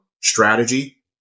strategy